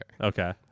Okay